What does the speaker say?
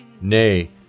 Nay